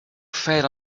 fed